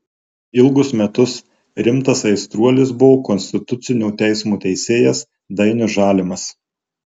ilgus metus rimtas aistruolis buvo konstitucinio teismo teisėjas dainius žalimas